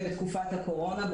בתקופת הקורונה,